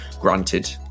granted